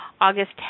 August